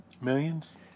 Millions